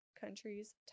countries